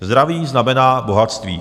Zdraví znamená bohatství.